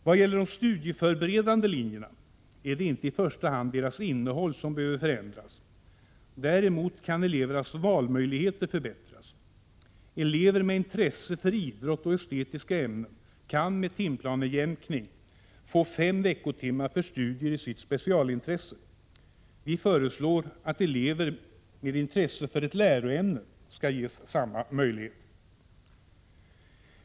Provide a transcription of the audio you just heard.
Vad gäller de studieförberedande linjerna är det inte i första hand deras innehåll som behöver förändras. Däremot kan elevernas valmöjligheter förbättras. Elever med intresse för idrott och estetiska ämnen kan med timplanejämkning få fem veckotimmar för studier i sitt specialintresse. Vi föreslår att elever med intresse för ett läroämne skall ges samma möjlighet.